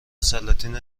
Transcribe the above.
سلاطین